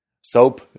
Soap